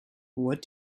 what